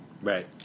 right